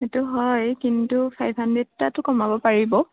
সেইটো হয় কিন্তু ফাইভ হাণড্ৰেদ এটাটো কমাব পাৰিব